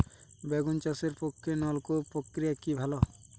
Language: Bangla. বেগুন চাষের পক্ষে নলকূপ প্রক্রিয়া কি ভালো?